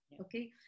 okay